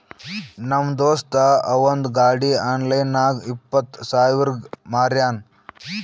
ನಮ್ ದೋಸ್ತ ಅವಂದ್ ಗಾಡಿ ಆನ್ಲೈನ್ ನಾಗ್ ಇಪ್ಪತ್ ಸಾವಿರಗ್ ಮಾರ್ಯಾನ್